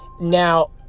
now